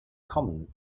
common